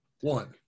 One